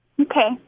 Okay